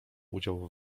udział